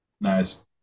Nice